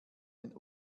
den